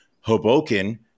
Hoboken